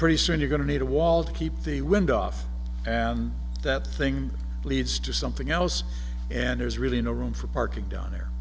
pretty soon you're going to need a wall to keep the wind off and that thing leads to something else and there's really no room for parking down th